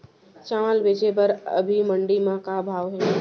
चांवल बेचे बर अभी मंडी म का भाव हे?